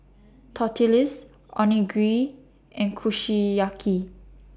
Tortillas Onigiri and Kushiyaki